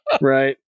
Right